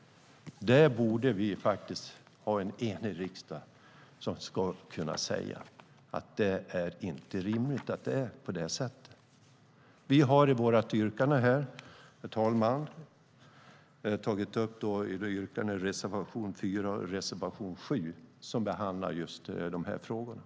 En enig riksdag borde faktiskt kunna säga att detta inte är rimligt. Jag yrkar bifall till reservation 4 och reservation 7, som behandlar just de här frågorna.